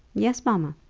yes, mamma.